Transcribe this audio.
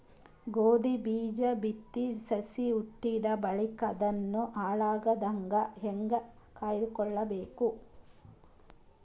ಗೋಧಿ ಬೀಜ ಬಿತ್ತಿ ಸಸಿ ಹುಟ್ಟಿದ ಬಳಿಕ ಅದನ್ನು ಹಾಳಾಗದಂಗ ಹೇಂಗ ಕಾಯ್ದುಕೊಳಬೇಕು?